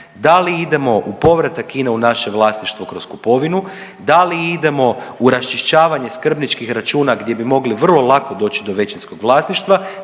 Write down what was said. Da li idemo u povratak INE u naše vlasništvo kroz kupovinu? Da li idemo u raščišćavanje skrbničkih računa gdje bi mogli vrlo lako doći do većinskog vlasništva?